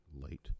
late